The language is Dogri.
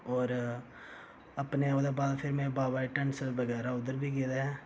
होर अपने ओह्दे बाद फिर मैं बाबा डनसर बगैरा उद्धर गेदा ऐ